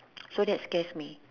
so that scares me